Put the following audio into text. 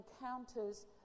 encounters